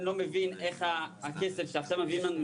אני לא מבין איך הכסף שעכשיו מעבירים לנו,